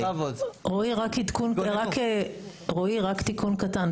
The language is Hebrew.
רועי, רק תיקון קטן.